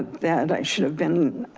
that i should have been